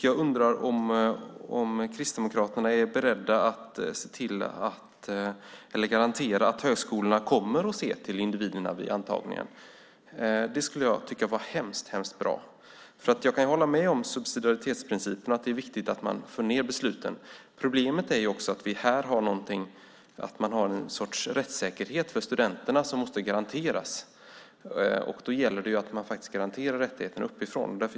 Jag undrar om Kristdemokraterna är beredda att garantera att högskolor kommer att se till individerna vid antagningen. Det skulle jag tycka vara hemskt bra. Jag kan hålla med om subsidiaritetsprincipen, att det är viktigt att man för ned besluten. Problemet är att en rättssäkerhet för studenterna måste garanteras. Då gäller det att man garanterar rättigheten uppifrån.